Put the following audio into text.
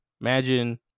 imagine